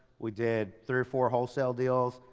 we did three or four wholesale deals.